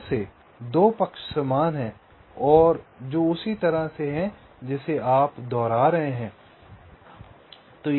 फिर से 2 पक्ष समान हैं जो उसी तरह से हैं जैसे आप दोहरा रहे हैं